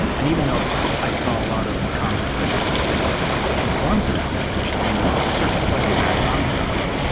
and even though i saw a lot of comics that you know conform to that definition, i mean there were certainly plenty of bad comics out there.